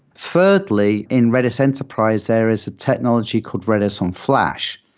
thirdly, in redis enterprise, there is technology called redis on flash.